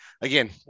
again